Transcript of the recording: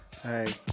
hey